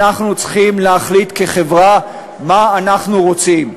אנחנו צריכים להחליט כחברה מה אנחנו רוצים,